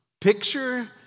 Picture